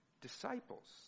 disciples